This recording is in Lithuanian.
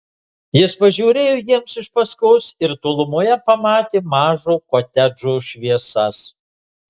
jis pažiūrėjo jiems iš paskos ir tolumoje pamatė mažo kotedžo šviesas